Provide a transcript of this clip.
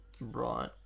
Right